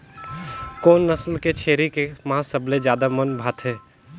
कोन नस्ल के छेरी के मांस सबले ज्यादा मन भाथे?